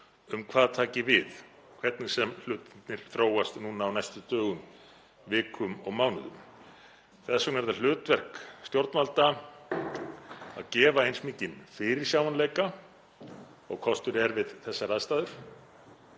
um hvað taki við, hvernig sem hlutirnir þróast núna á næstu dögum, vikum og mánuðum. Þess vegna er það hlutverk stjórnvalda að gefa eins mikinn fyrirsjáanleika og kostur er við þessar aðstæður